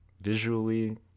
visually